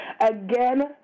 again